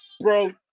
Bro